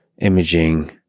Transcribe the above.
imaging